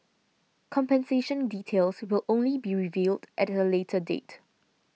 compensation details will only be revealed at a later date